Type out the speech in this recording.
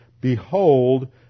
Behold